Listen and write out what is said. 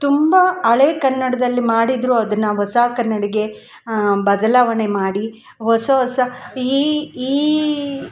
ತುಂಬ ಹಳೇ ಕನ್ನಡ್ದಲ್ಲಿ ಮಾಡಿದರು ಅದನ್ನು ಹೊಸಾ ಕನ್ನಡ್ಕೆ ಬದಲಾವಣೆ ಮಾಡಿ ಹೊಸ ಹೊಸ ಈ ಈ